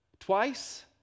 Twice